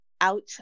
out